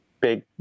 big